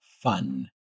fun